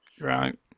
right